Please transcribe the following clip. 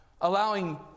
allowing